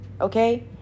okay